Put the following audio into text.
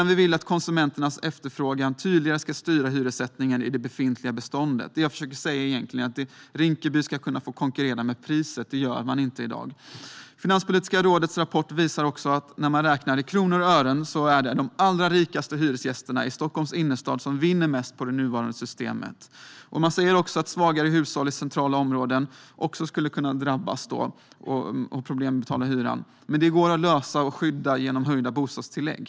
Vi vill att konsumenternas efterfrågan tydligare ska styra hyressättningen i det befintliga beståndet. Det som jag försöker säga är egentligen att man i Rinkeby ska kunna få konkurrera med priset. Det gör man inte i dag. Finanspolitiska rådets rapport visar också att när man räknar i kronor och ören är det de allra rikaste hyresgästerna i Stockholms innerstad som vinner mest på det nuvarande systemet. Man säger även att svagare hushåll i centrala områden också skulle kunna drabbas och få problem med att betala hyran. Men det går att lösa genom höjda bostadstillägg.